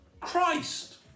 Christ